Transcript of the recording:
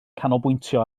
canolbwyntio